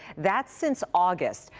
that since august.